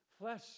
flesh